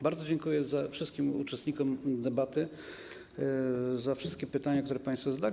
Bardzo dziękuję wszystkim uczestnikom debaty za wszystkie pytania, które zadali.